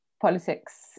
politics